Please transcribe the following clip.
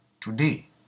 Today